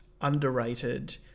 underrated